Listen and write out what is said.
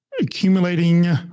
accumulating